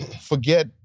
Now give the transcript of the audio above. forget